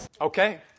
Okay